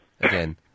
again